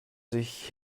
sich